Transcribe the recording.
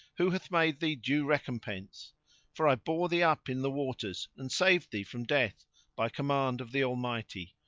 who hath made thee due recompense for i bore thee up in the waters and saved thee from death by command of the almighty.